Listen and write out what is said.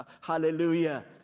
Hallelujah